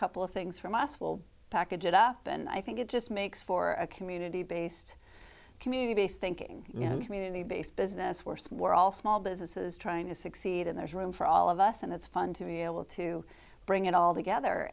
couple of things from us will package it up and i think it just makes for a community based community based thinking you know community based business worse we're all small businesses trying to succeed and there's room for all of us and it's fun to be able to bring it all together